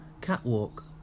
catwalk